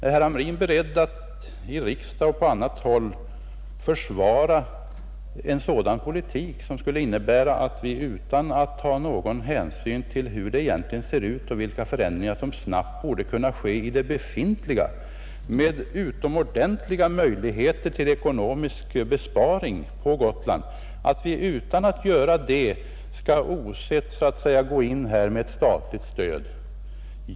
Är herr Hamrin beredd att i riksdagen och på annat håll försvara en sådan politik som skulle innebära att vi utan att ta någon hänsyn till hur det egentligen ser ut och vilka förändringar som snabbt borde kunna ske i det befintliga med utomordentliga möjligheter till ekonomisk besparing på Gotland skall gå in här med ett statligt stöd?